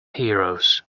heroes